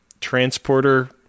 transporter